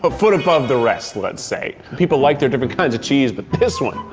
but foot above the rest, let's say. people like their different kinds of cheese, but this one,